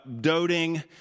doting